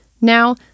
Now